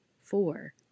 Four